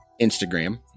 Instagram